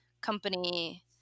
company